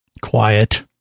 Quiet